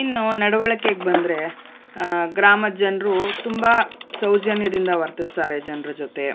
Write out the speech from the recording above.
ಇನ್ನು ನಡ್ವಳ್ಕೆಗೆ ಬಂದ್ರೆ ಗ್ರಾಮದ ಜನರು ತುಂಬ ಸೌಜನ್ಯದಿಂದ ವರ್ತಿಸ್ತಾರೆ ಜನ್ರ ಜೊತೆ